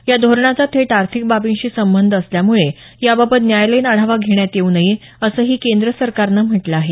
या धोरणाचा थेट आर्थिक बाबीशी संबंध असल्यामुळे याबाबत न्यायालयीन आढावा घेण्यात येऊ नये असंही केंद्र सरकारनं म्हटलं आहे